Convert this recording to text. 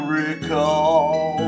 recall